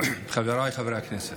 חבריי חברי הכנסת,